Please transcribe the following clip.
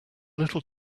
little